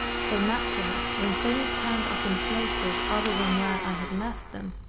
so naturally, when things turned up in places other than where i had left them,